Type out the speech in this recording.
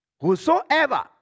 Whosoever